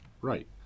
right